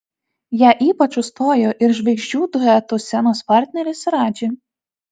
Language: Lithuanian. ją ypač užstojo ir žvaigždžių duetų scenos partneris radži